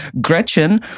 Gretchen